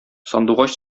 сандугач